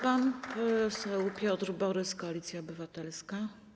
Pan poseł Piotr Borys, Koalicja Obywatelska.